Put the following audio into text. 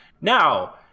now